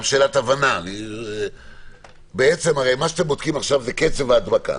אתם בודקים את קצב ההדבקה.